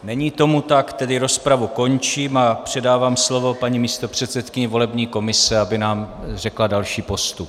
Není tomu tak, tedy rozpravu končím a předávám slovo paní místopředsedkyni volební komise, aby nám řekla další postup.